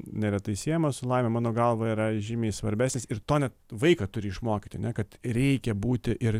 neretai siejamas su laime mano galva yra žymiai svarbesnis ir to net vaiką turi išmokyti ane kad reikia būti ir